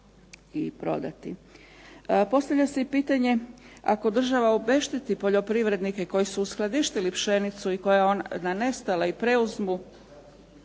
i prodati. Postavlja se i pitanje ako država obešteti poljoprivrednike koji su uskladištili pšenicu koja je nestala i preuzmu